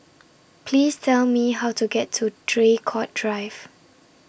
Please Tell Me How to get to Draycott Drive